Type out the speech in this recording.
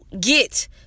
get